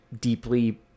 deeply